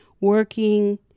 working